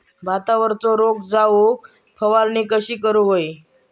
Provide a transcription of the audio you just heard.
भातावरचो रोग जाऊक फवारणी कशी करूक हवी?